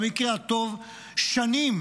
במקרה הטוב שנים,